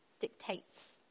dictates